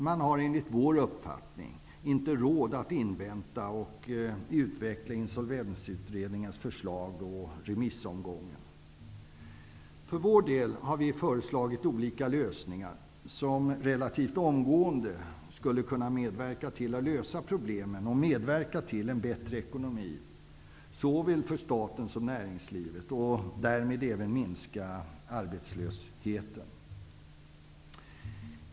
Man har enligt vår uppfattning inte råd att invänta och utveckla Vi har lagt fram förslag som relativt omgående skulle medverka till att lösa problemen och medverka till en bättre ekonomi, såväl för staten som för näringslivet, och därmed även minska arbetslösheten.